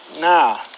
now